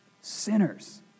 Sinners